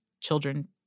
children